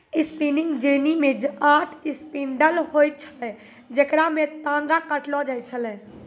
spinning jenny मे आठ spindle होय छलै जेकरा पे तागा काटलो जाय छलै